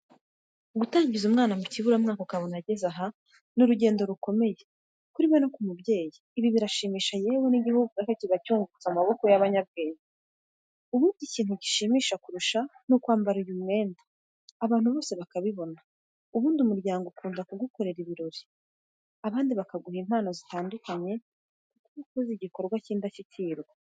Gutangiza umwana mukiburamwaka ukabona ageze aha n'urugendo rukomeye kuri we no k'umubyeyi ibi birashimisha yewe n'igihugu ubwacyo kiba cyungutse amaboko y'abanyabwenge. Ubundi ikintu gishimisha kurusha ni ukwambara uyu mwebda abantu bose bakabibona. Ubundi umuryango ukunda kugukorera ibirori. Abandi bakaguha n'impano zitandukanye kuko uba ukoze igikorwa cy'indashyikirwa.